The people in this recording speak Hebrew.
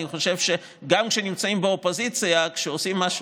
אני חושב שגם כשנמצאים באופוזיציה, כשעושים משהו,